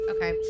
Okay